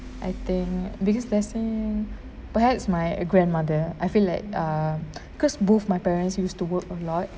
I think biggest blessing perhaps my grandmother I feel like err cause both my parents used to work a lot